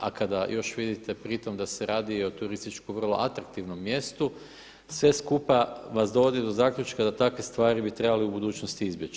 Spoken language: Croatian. A kada još vidite pri tome da se radi i o turistički vrlo atraktivnom mjestu sve skupa vas dovodi do zaključka da takve stvari bi trebalo u budućnosti izbjeći.